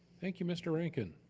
thank you, mr. rankin.